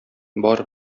бар